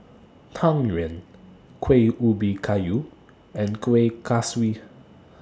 Tang Yuen Kuih Ubi Kayu and Kueh Kaswi